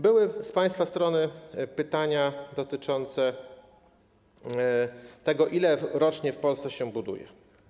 Były z państwa strony pytania dotyczące tego, ile rocznie w Polsce się buduje.